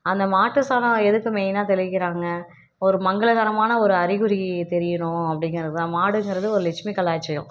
அந்த மாட்டு சாணம் எதுக்கு மெயினாக தெளிக்கின்றாங்க ஒரு மங்களகரமான ஒரு அறிகுறி தெரியணும் அப்படிங்கறதுதான் மாடுங்கிறது ஒரு லெட்சுமி கடாச்சியம்